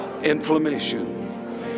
inflammation